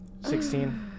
Sixteen